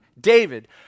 David